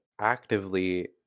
actively